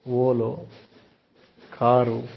Volvo car